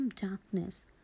darkness